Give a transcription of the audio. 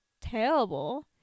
terrible